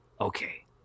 Okay